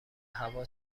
هوا